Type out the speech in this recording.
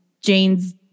Jane's